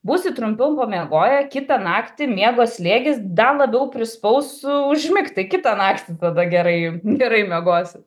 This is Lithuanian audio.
būsit trumpiau pamiegoję kitą naktį miego slėgis dar labiau prispaus užmigt kitą naktį tada gerai gerai miegosit